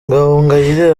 gahongayire